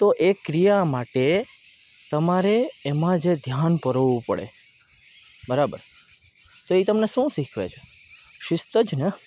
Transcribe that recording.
તો એ ક્રિયા માટે તમારે એમાં જે ધ્યાન પરોવવું પડે બરાબર તો એ તમને શું શીખવે છે શિસ્ત જ ને